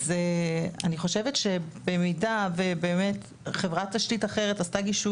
אז אני חושבת שבמידה ובאמת חברת תשתית אחרת עשתה גישוש